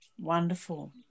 Wonderful